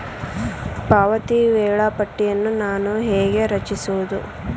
ಪಾವತಿ ವೇಳಾಪಟ್ಟಿಯನ್ನು ನಾನು ಹೇಗೆ ರಚಿಸುವುದು?